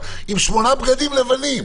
עם שמונה בגדים לבנים.